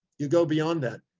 you go beyond that.